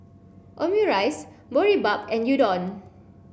Omurice Boribap and Udon